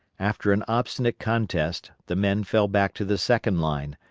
after an obstinate contest the men fell back to the second line,